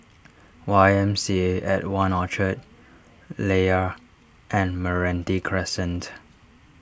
Y M C A at one Orchard Layar and Meranti Crescent